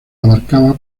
abarcaba